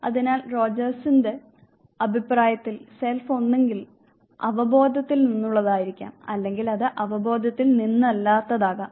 അതിനാൽ റോജേഴ്സിന്റെ അഭിപ്രായത്തിൽ സെൽഫ് ഒന്നുകിൽ അവബോധത്തിൽ നിന്നുള്ളതായിരിക്കാം അല്ലെങ്കിൽ അത് അവബോധത്തിൽ നിന്നല്ലാത്തതാകാം